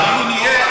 רק שהדיון יהיה